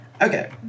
Okay